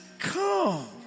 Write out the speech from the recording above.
come